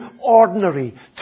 ordinary